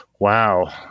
Wow